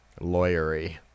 lawyery